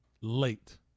late